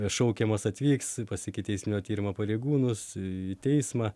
šaukiamas atvyks pas ikiteisminio tyrimo pareigūnus į teismą